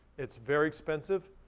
it's very expensive.